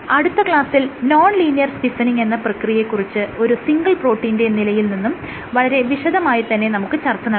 അടുത്ത ക്ലാസിൽ non linear stiffening എന്ന പ്രക്രിയയെ കുറിച്ച് ഒരു സിംഗിൾ പ്രോട്ടീനിന്റെ നിലയിൽ നിന്നും വളരെ വിശദമായി തന്നെ നമുക്ക് ചർച്ച നടത്താം